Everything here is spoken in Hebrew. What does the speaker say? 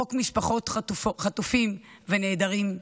חוק משפחות חטופים ונעדרים,